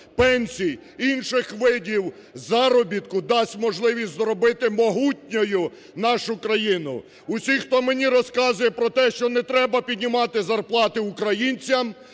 пенсій, інших видів заробітку дасть можливість зробити могутньою нашу країну. Усі, хто мені розказує про те, що не треба піднімати зарплати українцям,